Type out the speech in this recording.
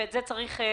ואת זה צריך להביא